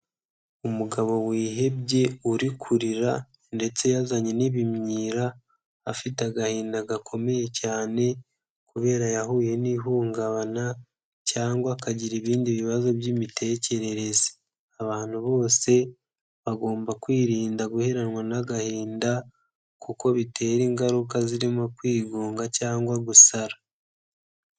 Umugabo wihebye, uri kurira ndetse yazanye n'ibimyira, afite agahinda gakomeye cyane kubera yahuye n'ihungabana cyangwa akagira ibindi bibazo by'imitekerereze, abantu bose bagomba kwirinda guheranwa n'agahinda kuko bitera ingaruka zirimo kwigunga cyangwa gusara.